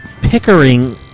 Pickering